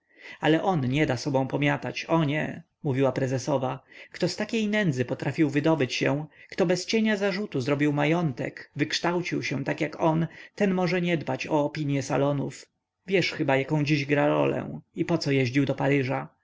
ale on nie da sobą pomiatać o nie mówiła prezesowa kto z takiej nędzy potrafił wydobyć się kto bez cienia zarzutu zrobił majątek wykształcił się tak jak on ten może nie dbać o opinie salonów wiesz chyba jaką dziś gra rolę i poco jeździł do paryża